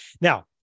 Now